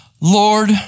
Lord